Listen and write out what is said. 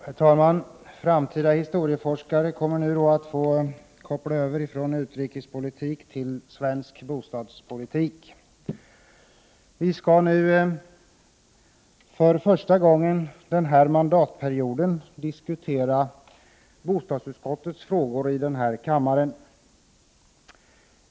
Herr talman! Framtida historieforskare kommer nu att få koppla över från utrikespolitik till svensk bostadspolitik. Vi skall nu för första gången denna mandatperiod diskutera bostadsutskottets frågor i kammaren.